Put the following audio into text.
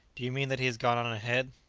do you mean that he has gone on ahead?